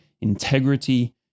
integrity